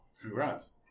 Congrats